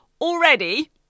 already